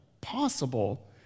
possible